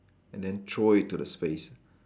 and then throw it to the space